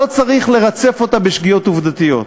לא צריך לרצף אותה בשגיאות עובדתיות.